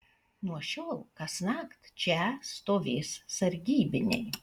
nuo šiol kasnakt čia stovės sargybiniai